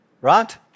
Right